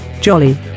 jolly